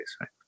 right